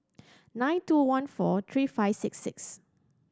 nine two one four three five six six